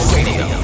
Radio